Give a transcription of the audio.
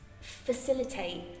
facilitate